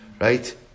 right